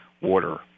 water